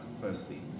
firstly